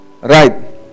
right